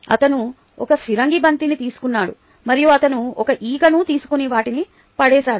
అతను ఒక ఫిరంగి బంతిని తీసుకున్నాడు మరియు అతను ఒక ఈకను తీసుకొని వాటిని పడేశాడు